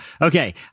okay